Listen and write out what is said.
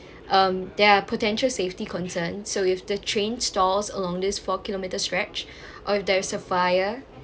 um there are potential safety concern so if the train stalls along this four kilometres stretch or if there is a fire